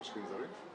של משקיעים זרים?